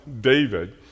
David